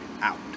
out